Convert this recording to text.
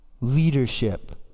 leadership